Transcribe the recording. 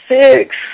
six